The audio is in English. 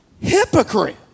hypocrite